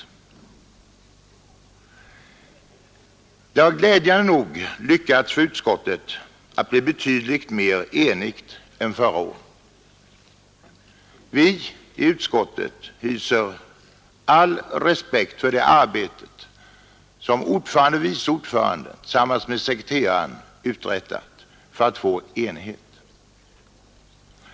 — AA - Det har glädjande nog lyckats för utskottet att bli betydligt mer enigt Anslag till trafikän förra året. Vi i utskottet hyser all respekt för det arbete som säkerhet, m.m. ordföranden och vice ordföranden tillsammans med sekreteraren uträttat för att få enighet.